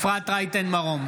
נגד אפרת רייטן מרום,